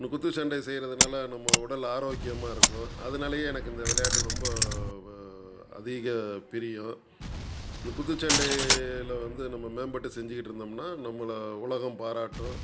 இந்த குத்துச்சண்டை செய்கிறதுனால நம்ம உடல் ஆரோக்கியமாக இருக்கும் அதனாலயே எனக்கு இந்த விளையாட்டு ரொம்ப அதிக பிரியம் இந்த குத்துச்சண்டையில் வந்து நம்ம மேம்பட்டு செஞ்சிக்கிட்டுருந்தோம்னா நம்மளை உலகம் பாராட்டும்